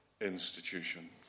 institution